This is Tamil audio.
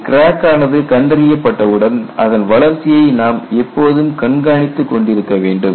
ஒரு கிராக் ஆனது கண்டறியப்பட்டவுடன் அதன் வளர்ச்சியை நாம் எப்போதும் கண்காணித்துக் கொண்டிருக்க வேண்டும்